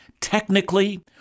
Technically